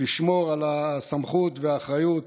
לשמור על הסמכות והאחריות